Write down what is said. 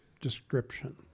description